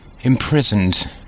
imprisoned